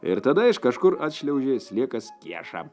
ir tada iš kažkur atšliaužė sliekas kieša